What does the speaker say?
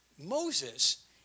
Moses